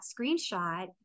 screenshot